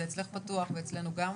נכות רפואית שזה הרבה מאוד מהאנשים שלנו עם